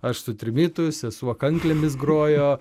aš su trimitu sesuo kanklėmis grojo